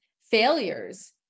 failures